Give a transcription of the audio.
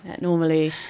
Normally